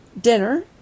dinner